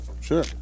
Sure